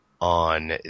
on